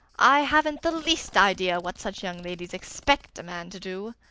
i haven't the least idea what such young ladies expect a man to do.